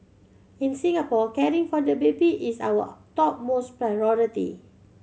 in Singapore caring for the baby is our topmost priority